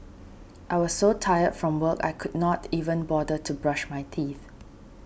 I was so tired from work I could not even bother to brush my teeth